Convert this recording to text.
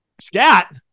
Scat